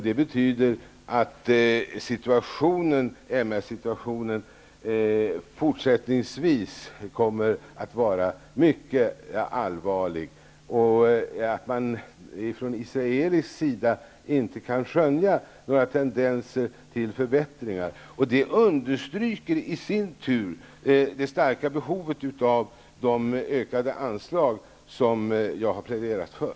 Det betyder att MR-situationen fortsättningsvis kommer att vara mycket allvarlig. Det betyder att man inte kan skönja några tendenser till bättring från israelisk sida. Det understryker i sin tur det starka behovet av de ökade anslag som jag har pläderat för.